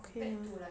okay lah